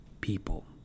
people